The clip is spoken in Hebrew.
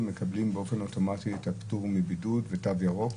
מקבלים באופן אוטומטי את הפטור מבידוד ותו ירוק?